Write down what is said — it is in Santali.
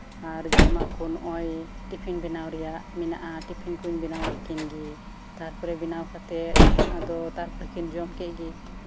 ᱟᱨ ᱡᱚᱢᱟᱜ ᱠᱚ ᱱᱚᱜᱼᱚᱭ ᱴᱤᱯᱷᱤᱱ ᱵᱮᱱᱟᱣ ᱨᱮᱭᱟᱜ ᱢᱮᱱᱟᱜᱼᱟ ᱴᱤᱯᱷᱤᱱ ᱠᱚᱧ ᱵᱮᱱᱟᱣ ᱟᱜ ᱠᱤᱱᱜᱮ ᱛᱟᱨᱯᱚᱨᱮ ᱵᱮᱱᱟᱣ ᱠᱟᱛᱮᱫ ᱟᱫᱚ ᱛᱟᱨᱯᱚᱨᱮ ᱠᱤᱱ ᱡᱚᱢ ᱠᱮᱫ ᱜᱮ